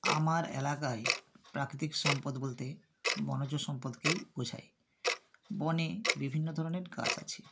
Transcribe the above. আমার এলাকায় প্রাকৃতিক সম্পদ বলতে বনজ সম্পদকেই বোঝায় বনে বিভিন্ন ধরনের গাছ আছে